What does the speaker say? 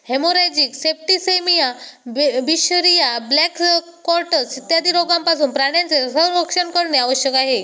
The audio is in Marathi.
हेमोरॅजिक सेप्टिसेमिया, बिशरिया, ब्लॅक क्वार्टर्स इत्यादी रोगांपासून प्राण्यांचे संरक्षण करणे आवश्यक आहे